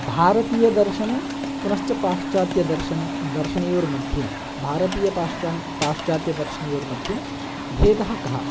भारतीयदर्शने पनुश्च पाश्चात्यदर्शने दर्शनयोर्मध्ये भारतीयपाश्चात्यदर्शनयोर्मध्ये भेदः कः